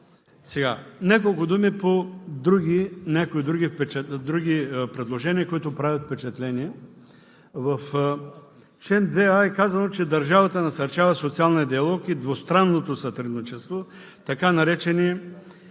срок. Няколко думи по някои други предложения, които правят впечатление. В чл. 2а е казано, че държавата насърчава социалния диалог и двустранното сътрудничество, така наречения